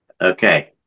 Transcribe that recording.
okay